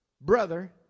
brother